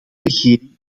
regering